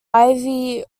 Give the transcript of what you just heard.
ivy